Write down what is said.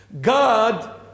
God